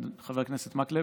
חבר הכנסת מקלב,